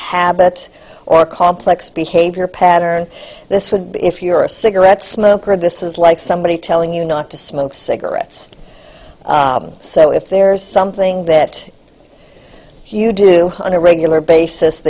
habit or complex behavior pattern this would be if you're a cigarette smoker this is like somebody telling you not to smoke cigarettes so if there's something that you do on a regular basis